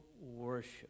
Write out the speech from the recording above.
worship